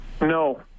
No